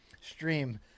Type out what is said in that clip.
stream